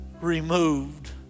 removed